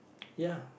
ya